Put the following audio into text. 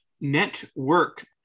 Network